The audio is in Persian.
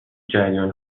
جریان